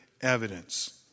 evidence